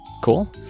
Cool